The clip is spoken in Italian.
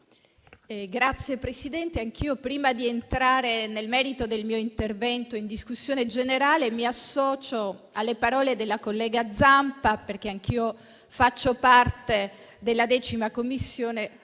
Signor Presidente, prima di entrare nel merito del mio intervento in discussione generale, mi associo alle parole della collega Zampa, perché anch'io faccio parte della 10a Commissione,